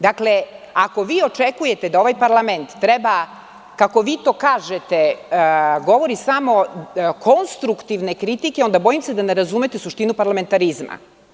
Dakle, ako vi očekujete da ovaj parlament treba, kako vi to kažete, da govori samo konstruktivne kritike, onda bojim se da ne razumete suštinu parlamentarizma.